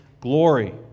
glory